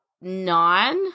nine